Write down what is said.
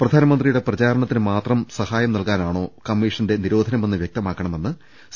പ്രധാനമന്ത്രിയുടെ പ്രചാരണത്തിന് മാത്രം സഹായം നൽകാനാണോ കമ്മീ ഷന്റെ നിരോധനമെന്ന് വ്യക്തമാക്കണമെന്ന് സി